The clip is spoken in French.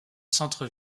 centre